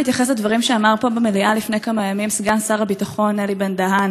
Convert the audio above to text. בהתייחס לדברים שאמר פה במליאה לפני כמה ימים סגן שר הביטחון אלי בן-דהן